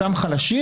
אותם חלשים